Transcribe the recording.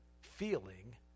feeling